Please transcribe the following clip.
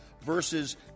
versus